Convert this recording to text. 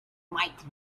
might